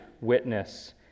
witness